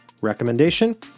recommendation